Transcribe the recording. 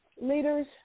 leaders